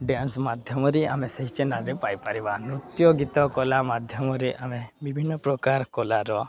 dance ମାଧ୍ୟମରେ ଆମେ ସେଇ ଚ୍ୟାନେଲ୍ରେ ପାଇପାରିବା ନୃତ୍ୟ ଗୀତ କଳା ମାଧ୍ୟମରେ ଆମେ ବିଭିନ୍ନ ପ୍ରକାର କଳାର